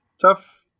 tough